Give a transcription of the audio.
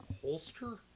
Holster